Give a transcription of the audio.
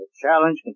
challenge